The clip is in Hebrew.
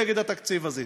נגד התקציב הזה.